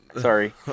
Sorry